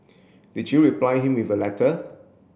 did you reply him with a letter